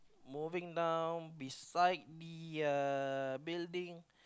moving down beside the uh building